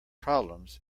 problems